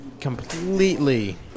completely